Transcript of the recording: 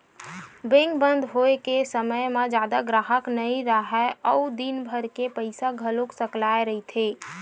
bank बंद होए के समे म जादा गराहक नइ राहय अउ दिनभर के पइसा घलो सकलाए रहिथे